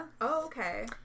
Okay